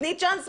תני צ'אנס,